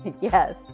Yes